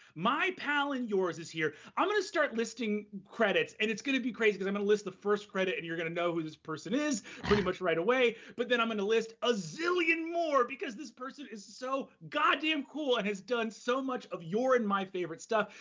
my pal and yours is here. i'm gonna start listing credits, and it's gonna be crazy cause i'm gonna list the first credit, and you're gonna know who this person is pretty much right away. but then i'm gonna list a zillion more because this person is so god damn cool and has done so much of your and my favorite stuff.